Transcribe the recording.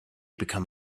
become